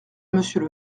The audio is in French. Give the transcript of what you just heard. monsieur